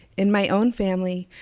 in my own family,